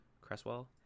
cresswell